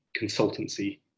consultancy